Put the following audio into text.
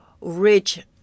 rich